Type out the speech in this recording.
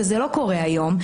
מה שלא קורה היום,